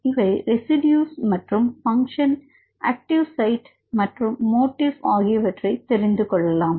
இவை ரெசிடியூசின் மற்ற பங்க்ஷன் ஆக்டிவ் சைட் மற்றும் மோடிஃப் ஆகியவற்றை தெரிந்து கொள்ளலாம்